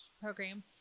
Program